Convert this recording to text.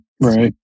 Right